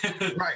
Right